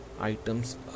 items